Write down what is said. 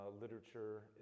literature